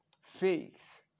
faith